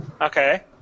Okay